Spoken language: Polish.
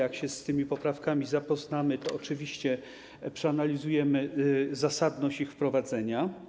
Jak się z tymi poprawkami zapoznamy, to oczywiście przeanalizujemy zasadność ich wprowadzenia.